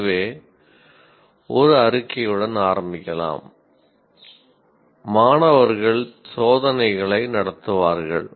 எனவே ஒரு அறிக்கையுடன் ஆரம்பிக்கலாம் 'மாணவர்கள் சோதனைகளை நடத்துவார்கள்